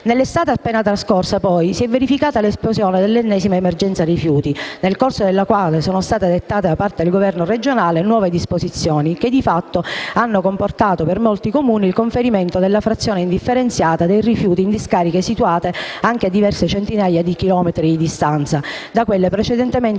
Nell'estate appena trascorsa, poi, si è verificata l'esplosione dell'ennesima emergenza rifiuti, nel corso della quale sono state dettate da parte del governo regionale nuove disposizioni che, di fatto, hanno comportato per molti Comuni il conferimento della frazione indifferenziata dei rifiuti in discariche situate anche a diverse centinaia di chilometri di distanza da quelle in precedenza